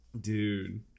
Dude